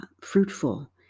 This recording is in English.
fruitful